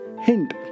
hint